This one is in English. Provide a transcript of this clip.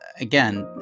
again